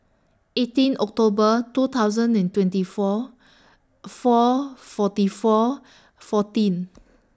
eighteen October two thousand and twenty four four forty four fourteen